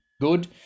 good